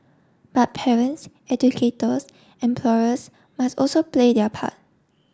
but parents educators employers must also play their part